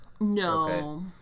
No